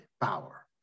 Power